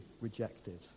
rejected